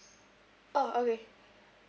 orh okay